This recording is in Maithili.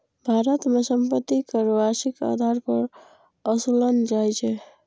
भारत मे संपत्ति कर वार्षिक आधार पर ओसूलल जाइ छै